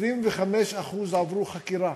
25% עברו חקירה